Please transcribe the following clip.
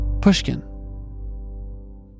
Pushkin